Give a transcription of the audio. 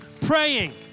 praying